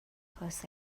کوس